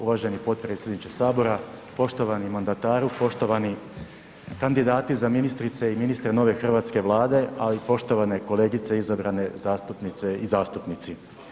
Uvaženi potpredsjedniče Sabora, poštovani mandataru, poštovani kandidati za ministre i ministre nove hrvatske Vlade, ali i poštovane kolegice izabrane zastupnice i zastupnici.